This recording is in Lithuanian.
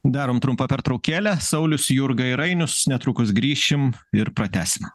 darom trumpą pertraukėlę saulius jurga ir ainius netrukus grįšim ir pratęsime